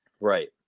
Right